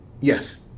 Yes